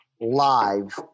live